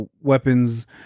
weapons